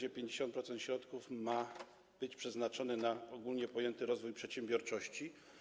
Tam 50% środków ma być przeznaczonych na ogólnie pojęty rozwój przedsiębiorczości.